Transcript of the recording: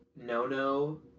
no-no